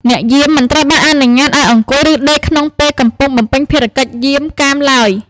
អ្នកយាមមិនត្រូវបានអនុញ្ញាតឱ្យអង្គុយ ឬដេកក្នុងពេលកំពុងបំពេញភារកិច្ចយាមកាមឡើយ។